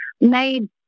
made